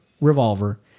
revolver